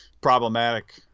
problematic